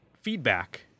feedback